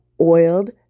oiled